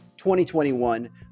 2021